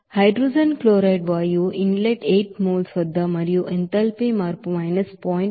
hydrogen chloride వాయువు inlet 8 moles వద్ద మరియు ఎంథాల్పీ చేంజ్ 0